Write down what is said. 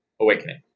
awakening